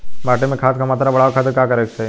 माटी में खाद क मात्रा बढ़ावे खातिर का करे के चाहीं?